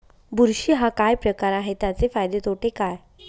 बुरशी हा काय प्रकार आहे, त्याचे फायदे तोटे काय?